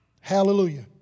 Hallelujah